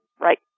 Right